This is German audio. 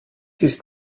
ist